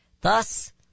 Thus